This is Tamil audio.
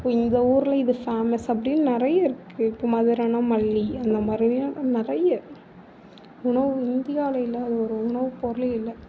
இப்போ இந்த ஊரில் இது ஃபேமஸ் அப்படின்னு நிறையா இருக்குது இப்போ மதுரைன்னால் மல்லி அந்த மாதிரி நிறைய உணவு இந்தியாவில் இல்லாத ஒரு உணவு பொருள் இல்லை